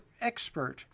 expert